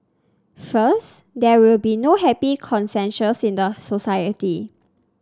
first there will be no happy consensus in the society